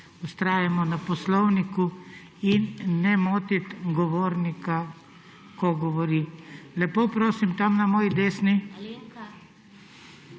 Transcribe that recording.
Vztrajajmo na poslovniku in ne motit govornika, ko govori. Lepo prosim, tam na moji desni.